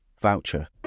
voucher